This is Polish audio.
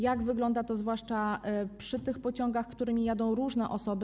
Jak wygląda to zwłaszcza przy tych pociągach, którymi jadą różne osoby.